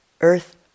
earth